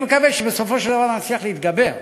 אני מקווה שבסופו של דבר נצליח להתגבר,